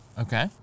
Okay